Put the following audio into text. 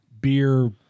beer